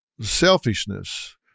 Selfishness